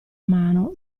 mano